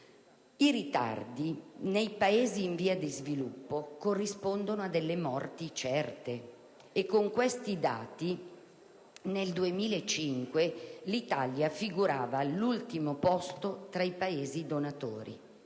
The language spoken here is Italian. i ritardi, nei Paesi in via di sviluppo, corrispondono a delle morti certe. Con questi dati, nel 2005, l'Italia figurava all'ultimo posto tra i Paesi donatori.